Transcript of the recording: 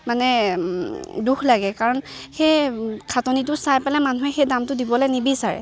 মানে দুখ লাগে কাৰণ সেই খাটনিটো চাই পেলাই মানুহে সেই দামটো দিবলৈ নিবিচাৰে